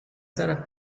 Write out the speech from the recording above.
zona